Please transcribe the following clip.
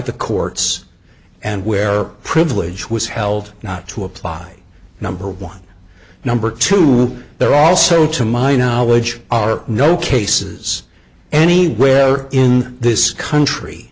the courts and where privilege was held not to apply number one number two there also to my knowledge are no cases anywhere in this country